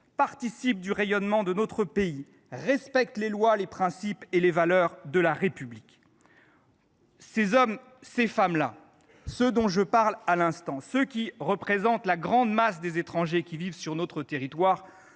participent du rayonnement de notre pays et respectent les lois, les principes et les valeurs de la République. Ces hommes, ces femmes là, ceux qui représentent la grande masse des étrangers qui vivent sur notre territoire,